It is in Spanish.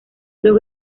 dos